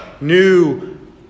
New